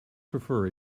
prefer